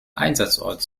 einsatzort